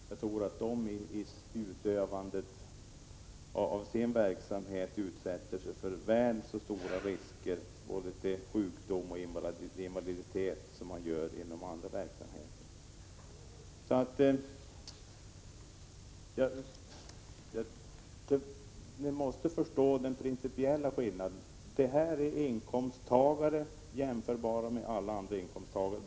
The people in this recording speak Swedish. Jag tror att de i sin verksamhet utsätter sig för väl så stora risker för både sjukdom och invaliditet som man gör inom annan verksamhet. Ni måste förstå den principiella skillnaden i det resonemang jag för. Idrottsutövare är inkomsttagare jämförbara med alla andra inkomsttagare.